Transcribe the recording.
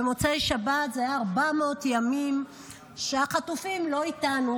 במוצאי שבת זה היה 400 ימים שהחטופים לא איתנו,